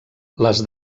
les